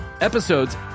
episodes